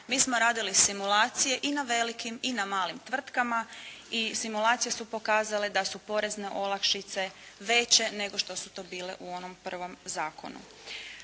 Mi smo radili simulacije i na velikim i na malim tvrtkama i simulacije su pokazale da su porezne olakšice veće nego što su to bile u onom prvom zakonu.